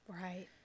Right